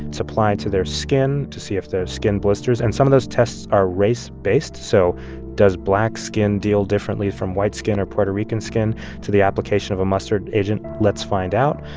it's applied to their skin to see if their skin blisters. and some of those tests are race-based, so does black skin deal differently from white skin or puerto rican skin to the application of a mustard agent? let's find out.